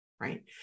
right